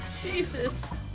Jesus